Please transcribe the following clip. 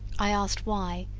i asked why?